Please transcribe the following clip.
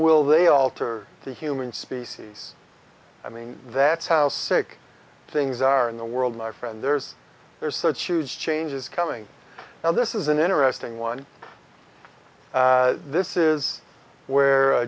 will they alter the human species i mean that's how sick things are in the world my friend there's there's such huge changes coming now this is an interesting one this is where